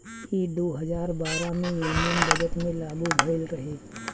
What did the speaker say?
ई दू हजार बारह मे यूनियन बजट मे लागू भईल रहे